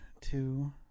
two